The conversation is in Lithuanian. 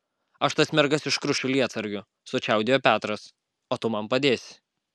aš tas mergas iškrušiu lietsargiu sučiaudėjo petras o tu man padėsi